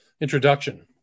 Introduction